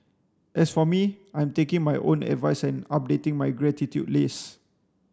as for me I'm taking my own advice and updating my gratitude list